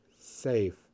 safe